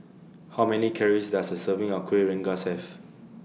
How Many Calories Does A Serving of Kuih Rengas Have